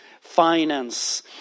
finance